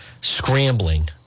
scrambling